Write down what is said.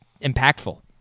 impactful